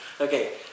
Okay